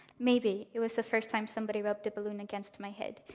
maybe it was the first time somebody rubbed a balloon against my head,